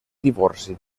divorci